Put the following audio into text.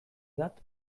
bat